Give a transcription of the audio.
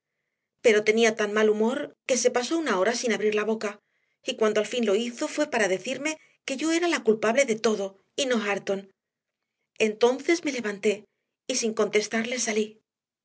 pero tenía tan mal humor que se pasó una hora sin abrir la boca y cuando al fin lo hizo fue para decirme que yo era la culpable de todo y no hareton entonces me levanté y sin contestarle salí